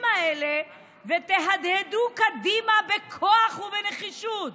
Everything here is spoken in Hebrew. האלה ותהדהדו קדימה בכוח ובנחישות?